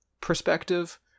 perspective